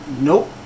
nope